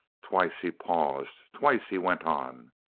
twice he paused twice he went on.